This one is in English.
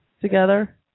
together